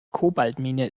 kobaltmine